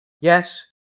Yes